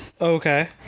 Okay